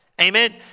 Amen